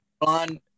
on